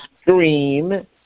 stream